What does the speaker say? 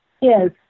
Yes